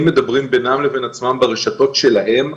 מדברים בינם לבין עצמם ברשתות שלהם,